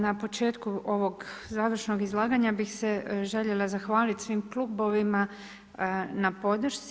Na početku ovog završnog izlaganja bih se željela zahvalit svim klubovima na podršci.